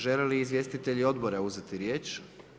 Žele li izvjestitelji odbora uzet riječ?